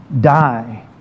die